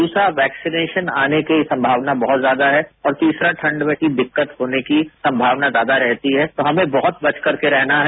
द्रसरा वैक्सीनेशन आने की संभावना बहुत ज्यादा है और तीसरा ठंड में दिक्कत होने की संमावना ज्यादा रहती है तो हमें बहुत बच करके रहना है